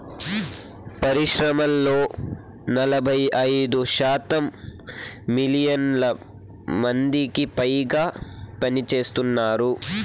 పరిశ్రమల్లో నలభై ఐదు శాతం మిలియన్ల మందికిపైగా పనిచేస్తున్నారు